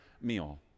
meal